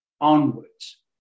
onwards